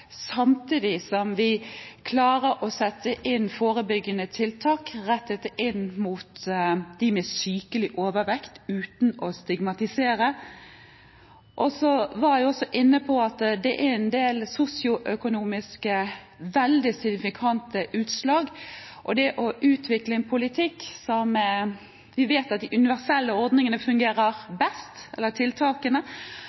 å sette inn forebyggende tiltak rettet mot dem med sykelig overvekt, uten å stigmatisere. Så var jeg også inne på at det er en del sosioøkonomiske veldig signifikante utslag. Det er viktig å utvikle en politikk for de universelle tiltakene som vi vet